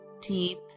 deep